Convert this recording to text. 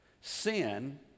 Sin